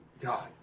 God